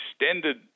extended